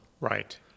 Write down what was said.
Right